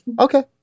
Okay